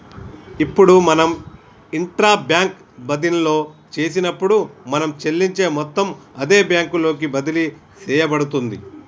ఇప్పుడు మనం intra bank బదిన్లో చేసినప్పుడు మనం చెల్లించే మొత్తం అదే బ్యాంకు లోకి బదిలి సేయబడుతుంది